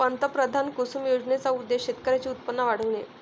पंतप्रधान कुसुम योजनेचा उद्देश शेतकऱ्यांचे उत्पन्न वाढविणे